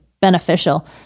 beneficial